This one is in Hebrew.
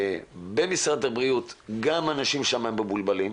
גם במשרד הבריאות האנשים שם מבולבלים.